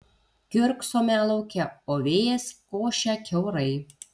kiurksome lauke o vėjas košia kiaurai